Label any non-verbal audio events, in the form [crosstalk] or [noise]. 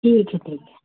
ठीक है ठीक है [unintelligible]